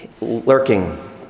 lurking